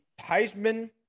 Heisman